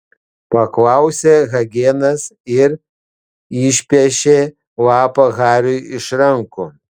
paklausė hagenas ir išpešė lapą hariui iš rankų